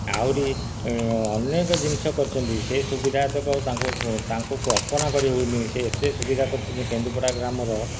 ଆହୁରି ଅନେକ ଜିନିଷ କରିଛନ୍ତି ସେ ସୁବିଧାତକ ତାଙ୍କୁ ତାଙ୍କୁ କଳ୍ପନା କରିହେଉନି ସେ ଏତେ ସୁବିଧା କରିଛନ୍ତି କେନ୍ଦୁପଡ଼ା ଗ୍ରାମର